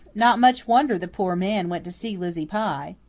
not much wonder the poor man went to see lizzie pye!